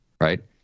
Right